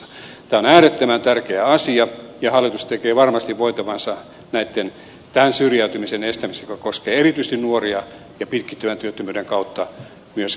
tämä on äärettömän tärkeä asia ja hallitus tekee varmasti voitavansa tämän syrjäytymisen estämiseksi joka koskee erityisesti nuoria ja pitkittyvän työttömyyden kautta myös